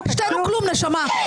כלום, נשמה.